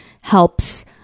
helps